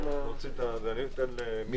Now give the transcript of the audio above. אני נועל את הישיבה.